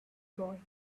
boy